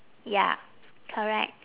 ya correct